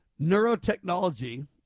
Neurotechnology